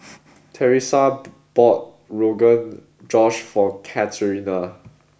Teresa bought Rogan Josh for Katharina